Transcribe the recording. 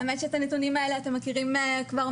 האמת שאת הנתונים האלה אתם מכירים מהמ.מ.מ.